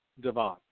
Devon